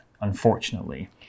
unfortunately